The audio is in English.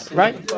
right